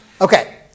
Okay